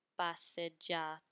passeggiata